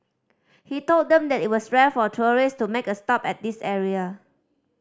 he told them that it was rare for tourists to make a stop at this area